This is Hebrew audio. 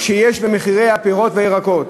במחירי הפירות והירקות,